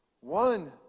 one